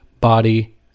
body